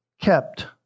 kept